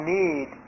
need